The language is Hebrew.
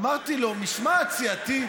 אמרתי לו: משמעת סיעתית?